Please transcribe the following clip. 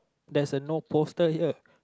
there's a no poster here